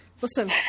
Listen